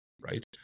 Right